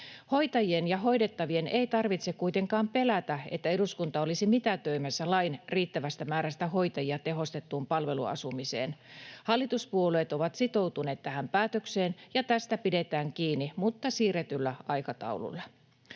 Hoitajien ja hoidettavien ei tarvitse kuitenkaan pelätä, että eduskunta olisi mitätöimässä lain riittävästä määrästä hoitajia tehostettuun palveluasumiseen. Hallituspuolueet ovat sitoutuneet tähän päätökseen, ja tästä pidetään kiinni, mutta siirretyllä aikataululla.